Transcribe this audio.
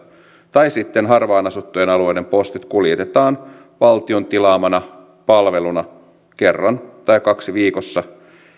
tai sitten harvaan asuttujen alueiden postit kuljetetaan valtion tilaamana palveluna kerran tai kaksi viikossa